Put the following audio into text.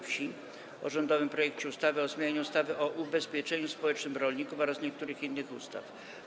Wsi o rządowym projekcie ustawy o zmianie ustawy o ubezpieczeniu społecznym rolników oraz niektórych innych ustaw.